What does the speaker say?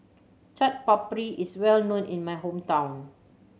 Chaat Papri is well known in my hometown